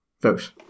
vote